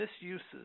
misuses